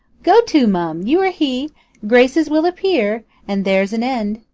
go to, mum, you are he graces will appear, and there's an end.